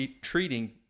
treating